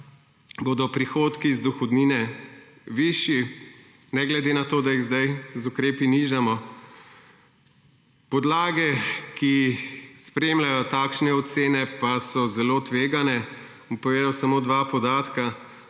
bodo prihodki iz dohodnine višji, ne glede na to, da jih zdaj z ukrepi nižamo. Podlage, ki spremljajo takšne ocene, pa so zelo tvegane. Bom povedal samo dva podatka